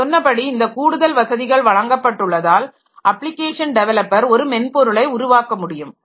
நான் சொன்னபடி இந்த கூடுதல் வசதிகள் வழங்கப்பட்டுள்ளதால் அப்ளிகேஷன் டெவலப்பர் ஒரு மென்பொருளை உருவாக்க முடியும்